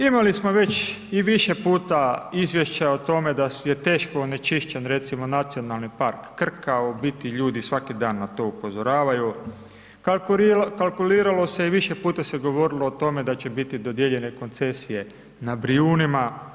Imali smo već i više puta izvješća o tome da je teško onečišćen recimo Nacionalni park Krka u biti ljudi svaki dan na to upozoravaju, kalkulirano se i više puta se govorilo o tome da će biti dodijeljene koncesije na Brijunima.